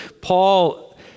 Paul